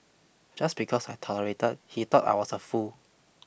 just because I tolerated he thought I was a fool